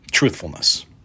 Truthfulness